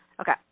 Okay